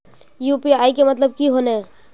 UPI के मतलब की होने?